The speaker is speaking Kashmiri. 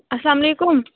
اسلامُ علیکُم